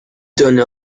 donne